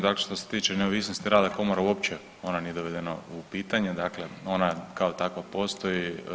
Dakle, što se tiče neovisnosti rada komora uopće ona nije dovedena u pitanje, dakle ona kao takva postoji.